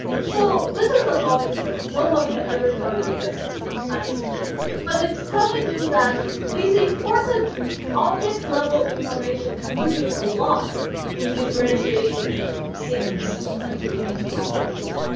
so, this is a thought experiment, no one can ever tell you this precisely but it's telling you that this important object level information contributes a lot in differentiating scenes into image classification.